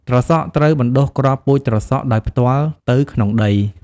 ត្រសក់ ត្រូវបណ្ដុះគ្រាប់ពូជត្រសក់ដោយផ្ទាល់ទៅក្នុងដី។